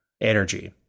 energy